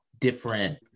different